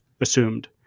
assumed